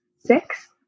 Six